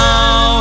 Now